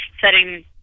setting